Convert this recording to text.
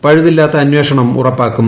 പഴുതില്ലാത്ത അന്വേഷണ്ണം ഉറപ്പാക്കും